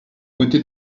côté